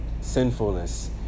sinfulness